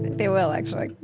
they will actually. like